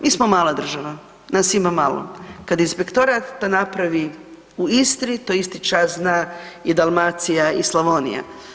Mi smo mala država, nas ima malo, kad inspektorat to napravi u Istri to isti čas zna i Dalmacija i Slavonija.